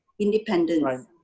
independence